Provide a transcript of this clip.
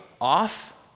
off